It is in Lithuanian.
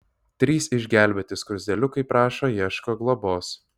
trys išgelbėti skruzdėliukai prašo ieško globos